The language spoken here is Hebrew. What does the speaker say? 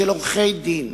של עורכי-דין,